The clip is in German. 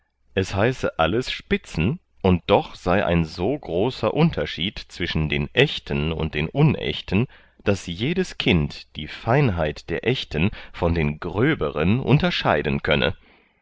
es heiße alles spitzen und doch sei ein so großer unterschied zwischen den echten und unechten daß jedes kind die feinheit der echten von den gröberen unterscheiden könne